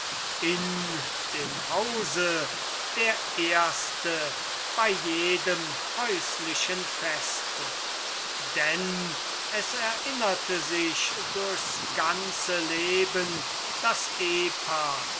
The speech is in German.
in dem hause der erste bei jedem häuslichen feste denn es erinnerte sich durchs ganze leben das ehpaar